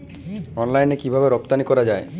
অনলাইনে কিভাবে রপ্তানি করা যায়?